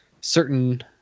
certain